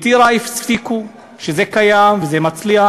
בטירה הפסיקו, זה היה קיים והצליח,